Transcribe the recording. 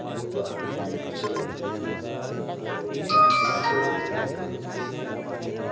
योग में रुचि रखते हैं और यह भी इसके ज़रिए भी हम लोग ख़ुश हो जाते हैं